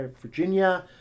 Virginia